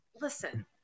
listen